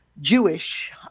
Jewish